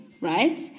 Right